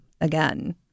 again